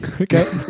Okay